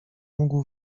mógł